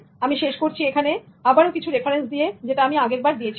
আমি শেষ করছি এখানে আবারো কিছু রেফারেন্স দিয়ে যেটা আমি আগেরবার দিয়েছিলাম